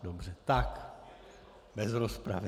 Dobře, tak bez rozpravy.